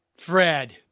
Fred